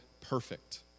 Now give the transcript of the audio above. perfect